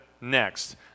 next